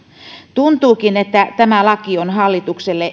tuntuukin että tämä laki on hallitukselle